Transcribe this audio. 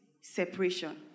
separation